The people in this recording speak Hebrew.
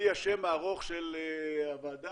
מהשם הארוך של הוועדה